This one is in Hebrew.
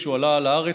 כשהוא עלה לארץ,